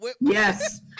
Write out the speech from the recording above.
Yes